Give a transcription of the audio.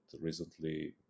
recently